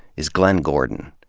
is glen gordon.